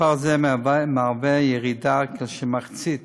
מספר זה מציין ירידה של כמחצית